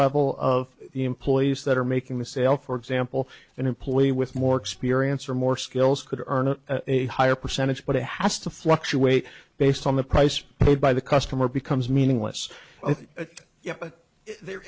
level of the employees that are making the sale for example an employee with more experience or more skills could earn a higher percentage but it has to fluctuate based on the price paid by the customer becomes meaningless